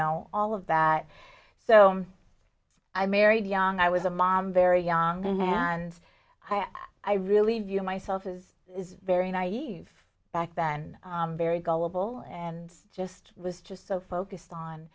know all of that so i married young i was a mom very young and i really knew myself as a very naive back then very gullible and just was just so focused on